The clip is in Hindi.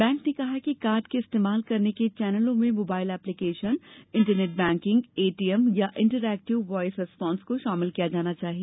बैंक ने कहा है कि कार्ड के इस्तेमाल करने के चैनलों में mobile application internet banking ATM या इंटरएक्टिव वायस रिस्पॉन्स को शामिल किया जाना चाहिए